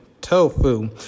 tofu